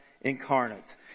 incarnate